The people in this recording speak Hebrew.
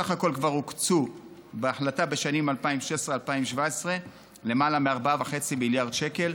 בסך הכול כבר הוקצו בהחלטה בשנים 2016 2017 למעלה מ-4.5 מיליארד שקל,